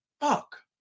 fuck